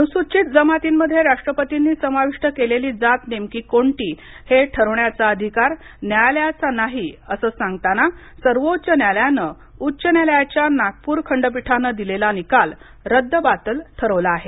अनुसूचित जमातींमध्ये राष्ट्रपतींनी समाविष्ट केलेली जात नेमकी कोणती हे ठरवण्याचा अधिकार न्यायालयाचा नाही असं सांगता सर्वोच्च न्यायालयानं उच्च न्यायालयाच्या नागपूर खंडपीठाने दिलेला निकाल रद्द बातल ठरवला आहे